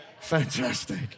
Fantastic